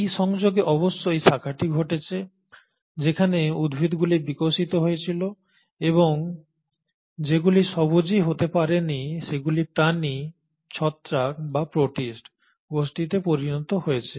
এই সংযোগে অবশ্যই শাখাটি ঘটেছে যেখানে উদ্ভিদগুলি বিকশিত হয়েছিল এবং যেগুলি স্বভোজী হতে পারেনি সেগুলি প্রাণী ছত্রাক বা প্রটিস্ট গোষ্ঠীতে পরিণত হয়েছে